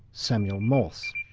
samuel morse.